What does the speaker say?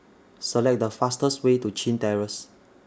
Select The fastest Way to Chin Terrace